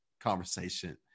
conversation